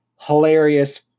hilarious